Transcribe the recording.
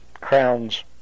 crowns